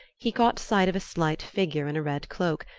he caught sight of a slight figure in a red cloak,